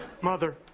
Mother